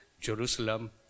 Jerusalem